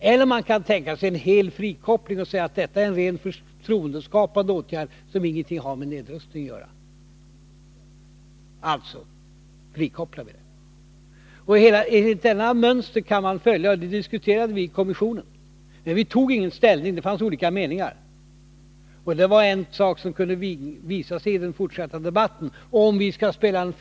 Man kan också tänka sig en hel frikoppling och säga att detta är en ren förtroendeskapande åtgärd, som ingenting har med nedrustning att göra — alltså frikopplar vi. Detta mönster kan man följa, och det diskuterade vi i kommissionen, men vi tog inte ställning. Det fanns delade meningar, och vi ansåg att det skulle komma att visa sig i den fortsatta debatten hur vi skulle ställa oss.